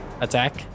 attack